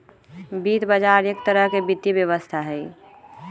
वित्त बजार एक तरह से वित्तीय व्यवस्था हई